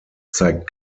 zeigt